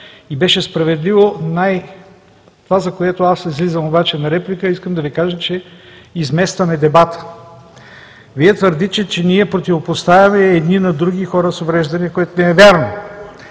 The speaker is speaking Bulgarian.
и беше справедливо. Това, за което аз излизам за реплика, е, че искам да Ви кажа, че изместваме дебата. Вие твърдите, че ние противопоставяме едни на други хора с увреждания, което не е вярно.